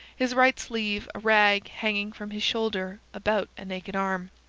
his right sleeve a rag hanging from his shoulder about a naked arm.